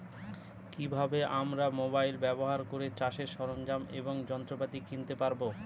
কি ভাবে আমরা মোবাইল ব্যাবহার করে চাষের সরঞ্জাম এবং যন্ত্রপাতি কিনতে পারবো?